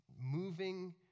moving